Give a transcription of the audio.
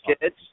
kids